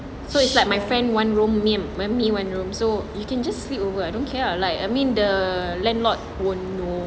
so it's like my friend one room me me one room so you can just sleep over I don't care like I mean the landlord won't know